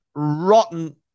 rotten